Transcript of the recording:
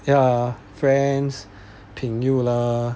ya friends peng you lah